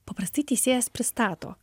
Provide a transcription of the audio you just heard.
paprastai teisėjas pristato